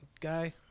guy